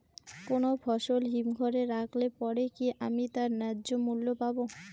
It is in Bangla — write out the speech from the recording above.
কোনো ফসল হিমঘর এ রাখলে পরে কি আমি তার ন্যায্য মূল্য পাব?